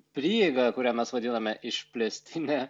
prieiga kurią mes vadiname išplėstine